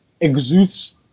exudes